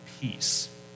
peace